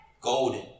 golden